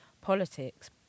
politics